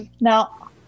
Now